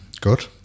good